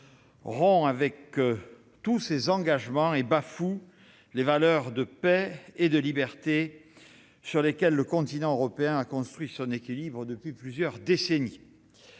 rompt avec tous ses engagements et bafoue les valeurs de paix et de liberté sur lesquelles le continent européen a construit son équilibre depuis plusieurs décennies.